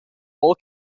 full